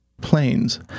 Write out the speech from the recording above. planes